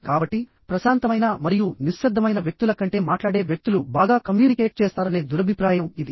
కాబట్టి ప్రశాంతమైన మరియు నిశ్శబ్దమైన వ్యక్తుల కంటే మాట్లాడే వ్యక్తులు బాగా కమ్యూనికేట్ చేస్తారనే దురభిప్రాయం ఇది